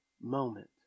moment